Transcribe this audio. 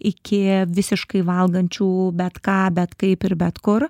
iki visiškai valgančių bet ką bet kaip ir bet kur